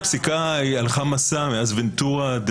הפסיקה הלכה מסע מאז ונטורה,